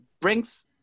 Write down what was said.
brings